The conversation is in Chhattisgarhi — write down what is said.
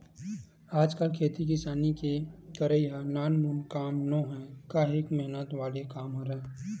आजकल खेती किसानी के करई ह नानमुन काम नोहय काहेक मेहनत वाले काम हरय